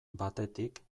batetik